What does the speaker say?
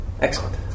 Excellent